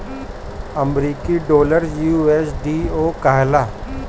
अमरीकी डॉलर यू.एस.डी.ओ कहाला